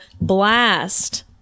blast